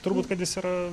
turbūt kad jis yra